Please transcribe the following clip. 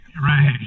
Right